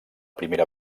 primera